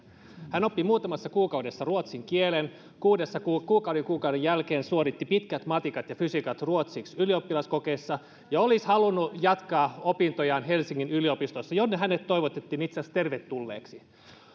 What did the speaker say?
hän oppi muutamassa kuukaudessa ruotsin kielen kuuden kuukauden kuukauden jälkeen suoritti pitkät matikat ja fysiikat ruotsiksi ylioppilaskokeessa ja olisi halunnut jatkaa opintojaan helsingin yliopistossa jonne hänet toivotettiin itse asiassa tervetulleeksi